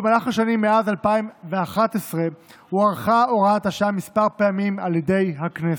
במהלך השנים מאז 2011 הוארכה הוראת השעה כמה פעמים על ידי הכנסת.